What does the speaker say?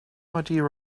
idea